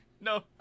No